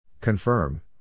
Confirm